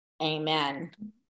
amen